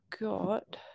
got